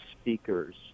speakers